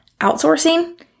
Outsourcing